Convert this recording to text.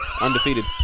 Undefeated